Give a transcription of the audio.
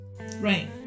Right